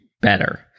better